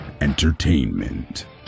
entertainment